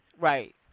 Right